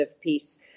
piece